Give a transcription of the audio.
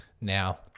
Now